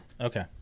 Okay